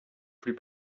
plus